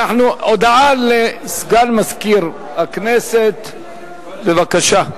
הודעה לסגן מזכירת הכנסת, בבקשה.